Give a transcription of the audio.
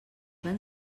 van